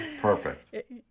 Perfect